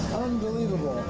unbelievable.